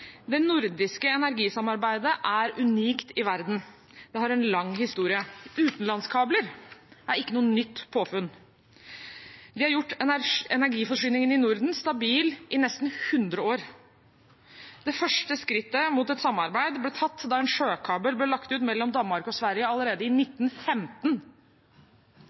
Det nordiske energisamarbeidet er unikt i verden og har en lang historie. Utenlandskabler er ikke noe nytt påfunn. Det har gjort energiforsyningen i Norden stabil i nesten 100 år. Det første skrittet mot et samarbeid ble tatt da en sjøkabel ble lagt ut mellom Danmark og Sverige allerede i 1915.